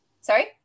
Sorry